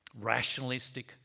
rationalistic